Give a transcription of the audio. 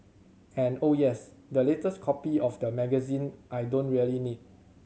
and oh yes the latest copy of the magazine I don't really need